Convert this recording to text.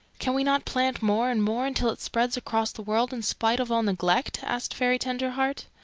can we not plant more and more until it spreads across the world in spite of all neglect? asked fairy tenderheart.